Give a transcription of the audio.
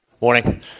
Morning